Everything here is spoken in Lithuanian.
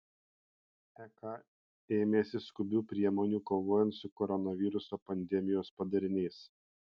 ek ėmėsi skubių priemonių kovojant su koronaviruso pandemijos padariniais